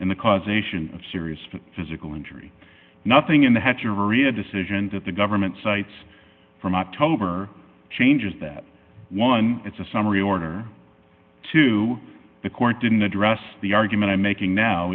and the causation of serious physical injury nothing in the hatchery a decision that the government cites from october changes that one it's a summary order to the court didn't address the argument i'm making now